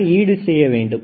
அதை ஈடு செய்ய வேண்டும்